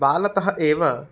बाल्यतः एव